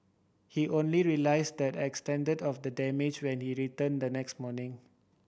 he only realised the extent of the damage when he returned the next morning